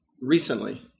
recently